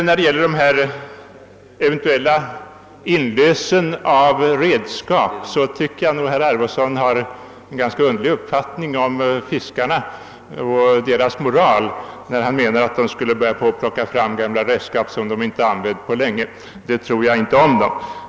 När det gäller en eventuell inlösen av redskap tycker jag att herr Arweson har en ganska underlig uppfattning om fiskarna och deras moral, då han menar att de skulle börja plocka fram gamla redskap som de inte använt på länge. Det tror jag inte om dem.